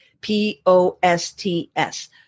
p-o-s-t-s